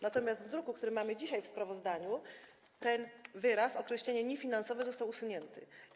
Natomiast w druku, który mamy dzisiaj w sprawozdaniu, ten wyraz, określenie „niefinansowe” został usunięty.